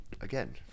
again